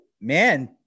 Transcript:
man